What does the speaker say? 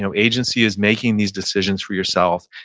um agency is making these decisions for yourself.